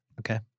Okay